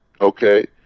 Okay